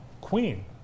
Queen